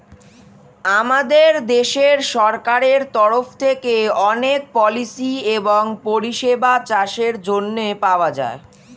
আমাদের দেশের সরকারের তরফ থেকে অনেক পলিসি এবং পরিষেবা চাষের জন্যে পাওয়া যায়